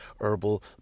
herbal